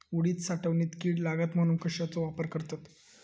उडीद साठवणीत कीड लागात म्हणून कश्याचो वापर करतत?